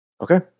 okay